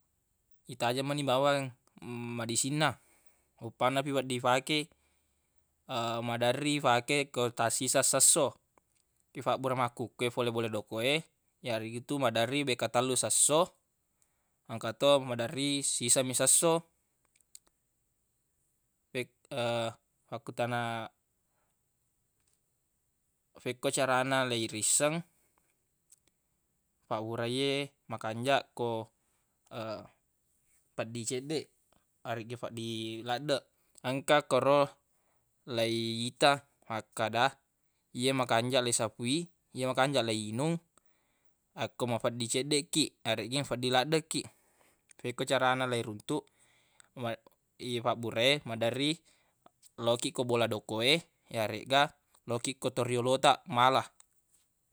Itajeng mani bawang madisinna uppanna fi wedding ifakei maderri ifake ko tasiseng sesso ifabbura makkukue fole bola doko e yaritu maderri bekka tellu siesso engka to maderri sisemmi siesso fek- akku tana fekko carana leirisseng fabburai e makanjaq ko feddi ceddeq areggi feddi laddeq engka koro leiita makkada ye makanjaq leisafui ye makanjaq leiyinung akko mafeddi ceddeq kiq yareggi mafeddi laddeq kiq fekko carana leiruntuq ma- ye fabbura e maderri lau kiq ko bola doko e yaregga lau ki tau riyolo taq mala